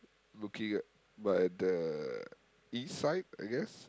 looking at by the east side I guess